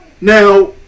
Now